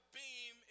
beam